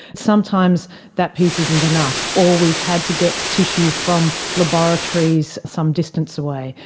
sometimes that piece isn't enough. or we've had to get tissue from laboratories some distance away,